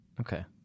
Okay